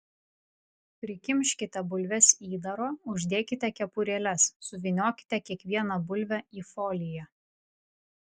prikimškite bulves įdaro uždėkite kepurėles suvyniokite kiekvieną bulvę į foliją